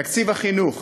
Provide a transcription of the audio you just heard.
תקציב החינוך